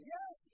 Yes